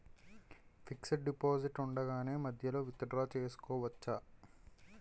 Fixed deposit ఉండగానే మధ్యలో withdraw చేసుకోవచ్చా?